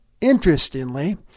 Interestingly